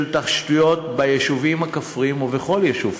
תשתיות ביישובים הכפריים ובכל יישוב,